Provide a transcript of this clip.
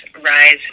rise